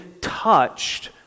touched